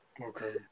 Okay